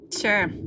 Sure